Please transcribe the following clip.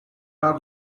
are